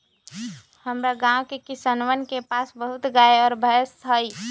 हमरा गाँव के किसानवन के पास बहुत गाय और भैंस हई